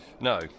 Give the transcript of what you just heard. No